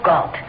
God